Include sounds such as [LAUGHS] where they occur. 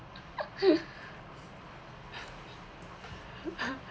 [LAUGHS] [BREATH]